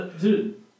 Dude